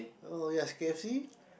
oh yes k_f_c